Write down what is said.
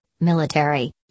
military